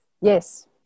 Yes